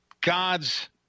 God's